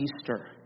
Easter